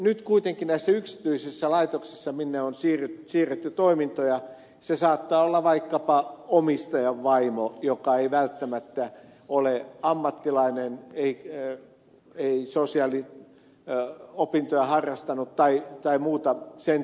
nyt kuitenkin näissä yksityisissä laitoksissa minne on siirretty toimintoja se saattaa olla vaikkapa omistajan vaimo joka ei välttämättä ole ammattilainen ei sosiaaliopintoja harrastanut tai muuta se